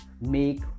make